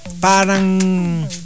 Parang